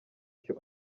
cyo